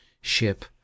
ship